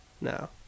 No